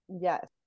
yes